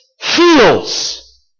Heals